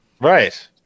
Right